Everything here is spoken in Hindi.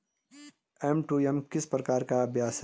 एम.टू.एम किस प्रकार का अभ्यास है?